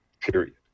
period